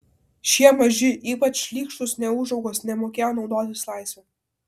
šie maži ypač šlykštūs neūžaugos nemokėjo naudotis laisve